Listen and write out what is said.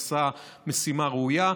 הוא עשה משימה ראויה.